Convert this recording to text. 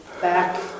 back